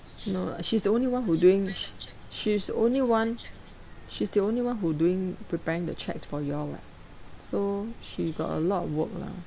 no lah she's the only one who doing she's only one she's the only one who doing preparing the check for you all [what] so she got a lot of work lah